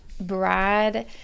Brad